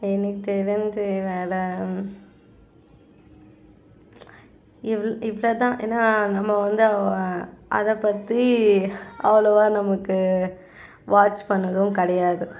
எனக்கு தெரிஞ்சு வேறு இவ் இவ்வளோ தான் ஏன்னால் நம்ம வந்து வ அதை பற்றி அவ்வளோவா நமக்கு வாட்ச் பண்ணதும் கிடையாது